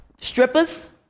Strippers